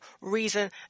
reason